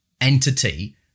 entity